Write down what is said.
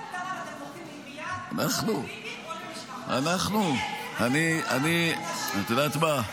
כל דבר אתם דוחפים --- או לביבי או למשפחתו --- את יודעת מה,